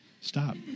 Stop